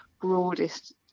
broadest